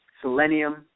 selenium